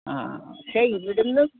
ആ പക്ഷേ ഇവിടുന്ന്